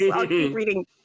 Reading